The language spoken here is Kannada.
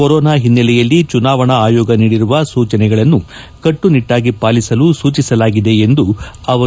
ಕೊರೊನಾ ಹಿನ್ನೆಲೆಯಲ್ಲಿ ಚುನಾವಣಾ ಆಯೋಗ ನೀಡಿರುವ ಸೂಚನೆಗಳನ್ನು ಕಟ್ಲುನಿಟ್ಲಾಗಿ ಪಾಲಿಸಲು ಸೂಚಿಸಲಾಗಿದೆ ಎಂದರು